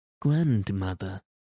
grandmother